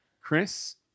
Chris